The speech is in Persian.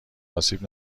آسیب